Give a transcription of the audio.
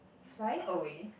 flying away